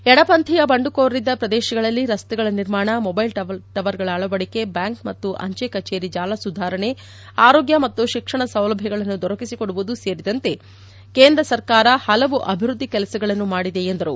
ಎಡ ಪಂಥೀಯ ಬಂಡುಕೋರಿದ್ದ ಪ್ರದೇಶಗಳಲ್ಲಿ ರಸ್ತೆಗಳ ನಿರ್ಮಾಣ ಮೊಬೈಲ್ ಟವರ್ಗಳ ಅಳವಡಿಕೆ ಬ್ಬಾಂಕ್ ಮತ್ತು ಅಂಚೆ ಕಚೇರಿ ಜಾಲ ಸುಧಾರಣೆ ಆರೋಗ್ಡ ಮತ್ತು ಶಿಕ್ಷಣ ಸೌಲಭ್ಯಗಳನ್ನು ದೊರಕಿಸಿಕೊಡುವುದು ಸೇರಿದಂತೆ ಕೇಂದ್ರ ಸರ್ಕಾರ ಹಲವು ಅಭಿವೃದ್ಧಿ ಕೆಲಸಗಳನ್ನು ಮಾಡಿದೆ ಎಂದರು